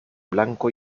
blanco